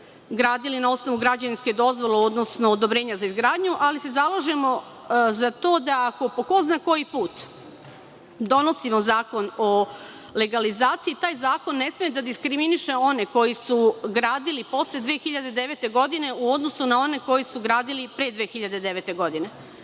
gradili na osnovu građevinske dozvole, odnosno odobrenja za izgradnju, ali se zalažemo za to da ako, po ko zna koji put, donosimo Zakon o legalizaciji, taj zakon ne sme da diskriminiše one koji su gradili posle 2009. godine u odnosu na one koji su gradili pre 2009. godine.